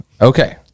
Okay